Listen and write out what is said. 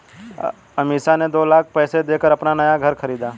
अमीषा ने दो लाख पैसे देकर अपना नया घर खरीदा